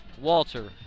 Walter